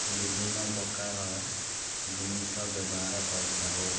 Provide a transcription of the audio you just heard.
ବିଭିନ୍ନ ପ୍ରକାର ଜିନିଷ ବ୍ୟବହାର କରିଥାଉ